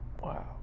Wow